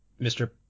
Mr